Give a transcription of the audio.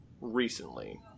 recently